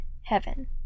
heaven